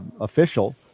official